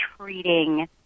treating